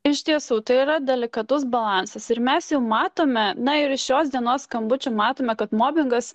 iš tiesų tai yra delikatus balansas ir mes jau matome na ir šios dienos skambučių matome kad mobingas